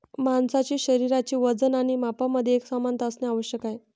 माणसाचे शरीराचे वजन आणि मापांमध्ये एकसमानता असणे आवश्यक आहे